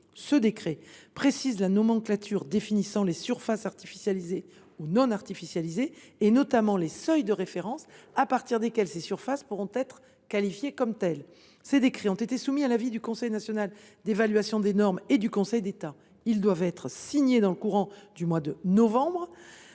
Ce texte précise la nomenclature définissant les surfaces artificialisées ou non artificialisées, notamment les seuils de référence à partir desquels ces surfaces pourront être qualifiées comme telles. Ces décrets ont été soumis à l’avis du Conseil national d’évaluation des normes et du Conseil d’État. Ils doivent être signés dans le courant du mois de novembre